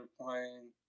playing